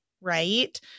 Right